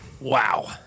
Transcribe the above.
Wow